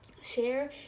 share